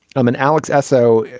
i'm an alex s o.